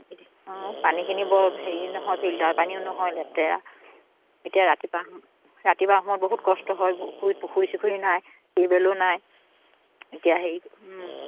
পানীখিনি বৰ হেৰি নহয় ফিল্টাৰ পানীও নহয় লেতেৰা এতিয়া ৰাতিপুৱা ৰাতিপুৱা সময়ত বহুত কষ্ট হয় পুখুৰী চুখুৰী নাই টিউবেলো নাই এতিয়া হেৰি